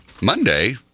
Monday